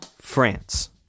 France